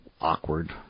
awkward